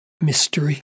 mystery